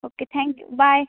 okay thank you bye